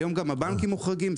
היום גם הבנקאים מוחרגים,